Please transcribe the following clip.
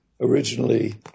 originally